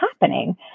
happening